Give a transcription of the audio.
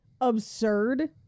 absurd